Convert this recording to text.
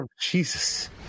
Jesus